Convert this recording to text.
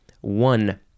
One